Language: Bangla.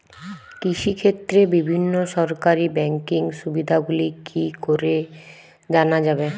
কৃষিক্ষেত্রে বিভিন্ন সরকারি ব্যকিং সুবিধাগুলি কি করে জানা যাবে?